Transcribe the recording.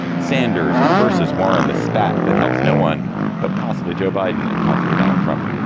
sanders versus warren, the spat that helps no one, but possibly joe biden and possibly donald trump.